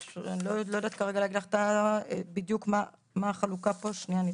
אני לא יודעת כרגע להגיד לך מה החלוקה פה למקצועות.